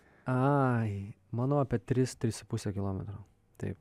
ai manau apie tris tris su puse kilometro taip